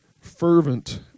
fervent